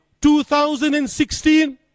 2016